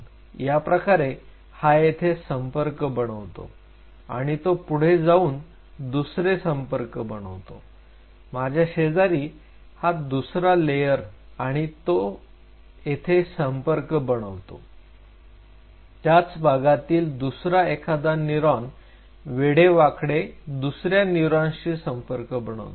याप्रकारे हा येथे संपर्क बनवतो आणि तो पुढे अजून दुसरे संपर्क बनवतो माझ्या शेजारी हा दुसरा लेयर आणि तो येथे संपर्क बनवतो त्याच भागातील दुसरा एखादा न्यूरॉन वेडेवाकडे दुसऱ्या न्यूरॉनशी संपर्क बनवतो